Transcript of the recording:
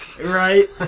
Right